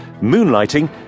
moonlighting